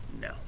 No